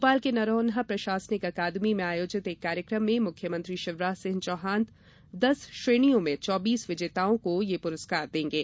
भोपाल के नरोन्हा प्रशासनिक अकादमी में आयोजित एक कार्यकम में मुख्यमंत्री शिवराज सिंह चौहान दस श्रेणियों में चौबीस विजेताओं को ये पुरस्कार देंगे